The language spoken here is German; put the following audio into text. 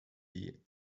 wie